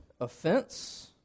offense